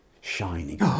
shining